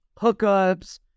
hookups